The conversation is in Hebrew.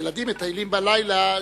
כשילדים מטיילים בלילה,